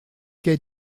quai